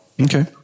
Okay